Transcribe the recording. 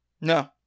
No